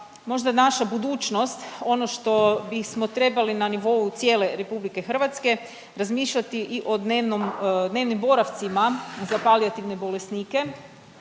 možda naša budućnost ono što bismo trebali na nivou cijele RH razmišljati i o dnevnim boravcima za palijativne bolesnike